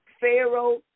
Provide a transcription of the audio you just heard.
Pharaoh